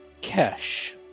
kesh